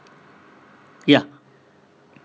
ya